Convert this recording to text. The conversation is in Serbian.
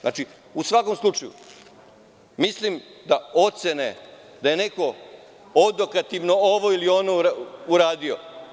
Znači, u svakom slučaju mislim da ocene da je neko odokativno ovo ili ono uradio.